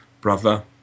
Brother